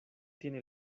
tiene